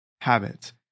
habits